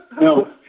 no